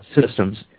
systems